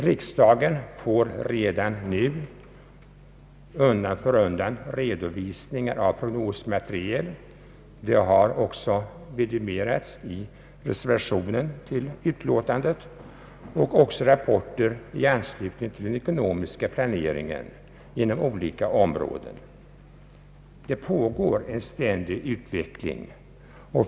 Riksdagen får redan nu undan för undan redovisningar av prognosmaterial — det har också vidimerats i reservationen till utlåtandet — och även rapporter i anslutning till den ekonomiska planeringen inom olika områden. Det pågår en ständig utveckling.